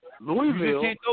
Louisville